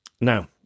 now